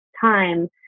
time